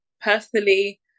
personally